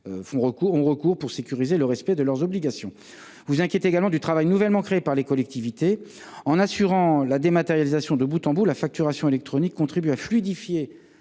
ont recours pour sécuriser le respect de leurs obligations. Vous vous inquiétez également du travail supplémentaire pour les collectivités territoriales. En assurant la dématérialisation de bout en bout, la facturation électronique contribue à fluidifier